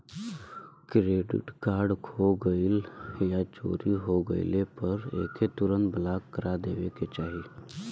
debit card खो गइल या चोरी हो गइले पर एके तुरंत ब्लॉक करा देवे के चाही